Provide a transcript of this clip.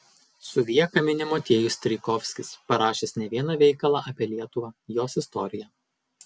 suvieką mini motiejus strijkovskis parašęs ne vieną veikalą apie lietuvą jos istoriją